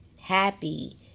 happy